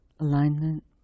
Alignment